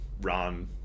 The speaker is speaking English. run